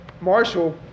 Marshall